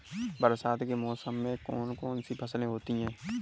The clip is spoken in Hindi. बरसात के मौसम में कौन कौन सी फसलें होती हैं?